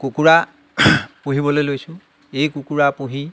কুকুৰা পুহিবলৈ লৈছোঁ এই কুকুৰা পুহি